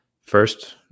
first